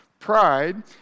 Pride